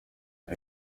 abo